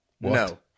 no